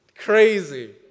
Crazy